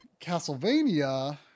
Castlevania